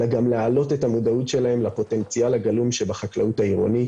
אלא גם להעלות את המודעות שלהם לפוטנציאל הגלום שבחקלאות העירונית.